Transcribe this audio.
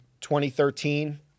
2013